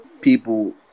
people